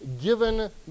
given